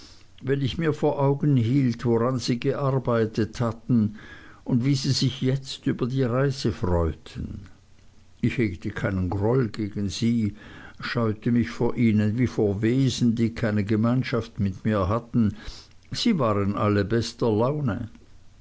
wenn ich mir vor augen hielt woran sie gearbeitet hatten und wie sie sich jetzt über die reise freuten ich hegte keinen groll gegen sie scheute mich vor ihnen wie vor wesen die keine gemeinschaft mit mir hatten sie waren alle bester laune